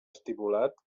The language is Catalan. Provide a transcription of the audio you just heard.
estipulat